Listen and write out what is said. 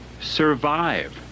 Survive